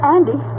Andy